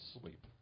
sleep